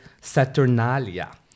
Saturnalia